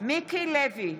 מיקי לוי,